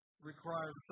requires